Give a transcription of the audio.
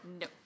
No